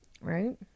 right